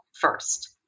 first